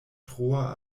troa